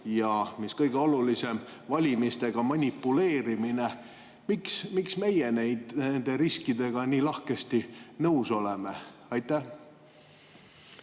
ja mis kõige olulisem, valimistega manipuleerimine. Miks meie nende riskidega nii lahkesti nõus oleme? Aitäh!